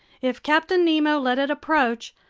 if captain nemo let it approach,